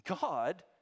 God